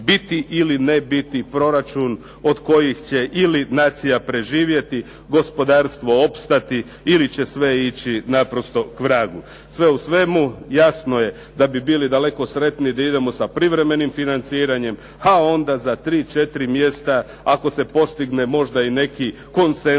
biti ili ne biti proračun od kojih će ili nacija preživjeti, gospodarstvo opstati ili će sve ići naprosto kvragu. Sve u svemu, jasno je da bi bili daleko sretniji da idemo sa privremenim financiranjem, a onda za tri, četiri mjesta ako se postigne možda i neki konsenzus